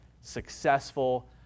successful